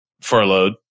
furloughed